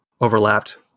overlapped